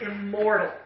immortal